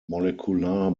molecular